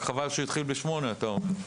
רק חבל שהתחיל ב- 08:00, אתה אומר.